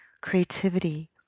creativity